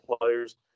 players